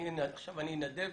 עכשיו אני אנדב